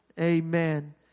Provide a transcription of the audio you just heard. Amen